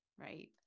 right